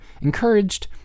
encouraged